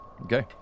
Okay